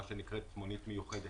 מה שנקרא מונית מיוחדת,